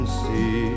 see